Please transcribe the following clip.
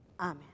Amen